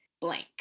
blank